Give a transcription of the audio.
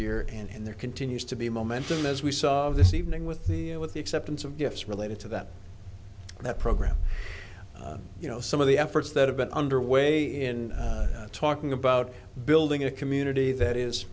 year and there continues to be momentum as we saw of this evening with the with the acceptance of gifts related to that that program you know some of the efforts that have been underway in talking about building a community that